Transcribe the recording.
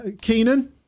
Keenan